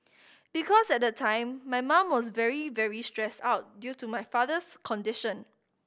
because at the time my mum was very very stressed out due to my father's condition